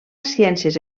ciències